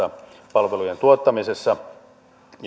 palvelujen tuottamisessa